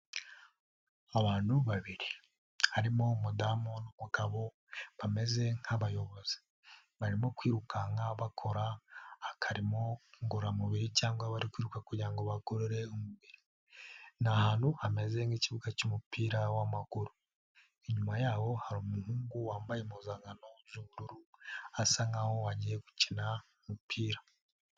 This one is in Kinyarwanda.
Abantu babiri, harimo umudamu n'umugabo, bameze nk'abayobozi. Barimo kwirukanka bakora akarimo ngororamubiri cyangwa bari kwiruka kugira ngo bagorore umubiri, ni hantu hameze nk'ikibuga cy'umupira w'amaguru. Inyuma yaho hari umuhungu wambaye impuzankano z'ubururu, asa nkaho agiye gukina umupira.